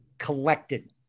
Collected